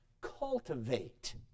cultivate